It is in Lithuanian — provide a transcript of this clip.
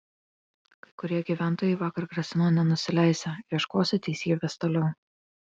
kai kurie gyventojai vakar grasino nenusileisią ieškosią teisybės toliau